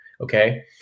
okay